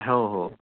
हो हो